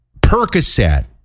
Percocet